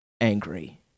angry